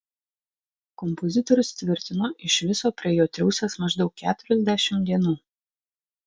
kompozitorius tvirtino iš viso prie jo triūsęs maždaug keturiasdešimt dienų